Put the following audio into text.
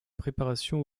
préparation